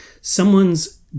someone's